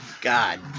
God